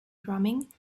drumming